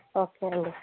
okay అండి